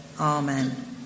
Amen